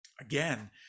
again